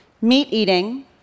meat-eating